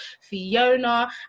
Fiona